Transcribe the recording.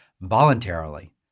voluntarily